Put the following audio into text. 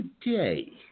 today